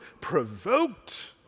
provoked